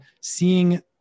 seeing